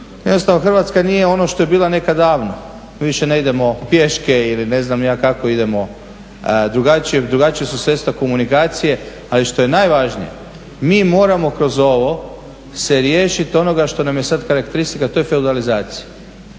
Jednostavno Hrvatska nije ono što je bila nekad davno, više ne idemo pješke ili ne znam ni ja kako idemo drugačije, drugačija su sredstva komunikacije. Ali što je najvažnije mi moramo kroz ovo se riješiti onoga što nam je sad karakteristika to je feudalizacija.